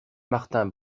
martin